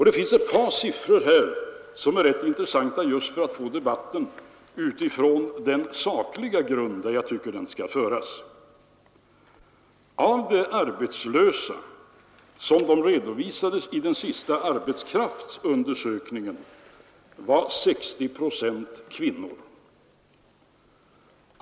Det finns ett par siffror här som är rätt intressanta just för att få debatten utifrån den sakliga grund där jag tycker den skall föras. Av de arbetslösa, som de redovisats i den senaste arbetskraftsundersökningen, var 60 procent kvinnor.